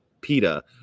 PETA